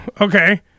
Okay